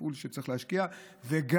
טיפול שצריך להשקיע בו,